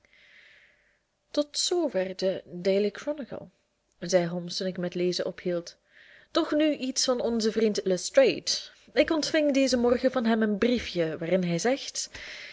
tot zoover de daily chronicle zeide holmes toen ik met lezen ophield doch nu iets van onzen vriend lestrade ik ontving dezen morgen van hem een briefje waarin hij zegt